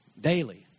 daily